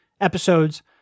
episodes